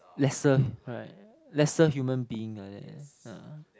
lesser right lesser human being like that ah